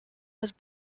was